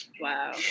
Wow